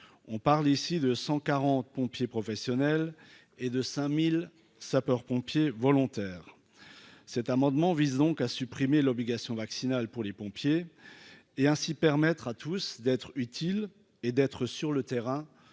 on parle ici de 140 pompiers professionnels et de 5000 sapeurs-pompiers volontaires, cet amendement visant à supprimer l'obligation vaccinale pour les pompiers et ainsi permettre à tous d'être utile et d'être sur le terrain